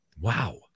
Wow